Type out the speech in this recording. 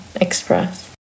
express